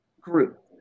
group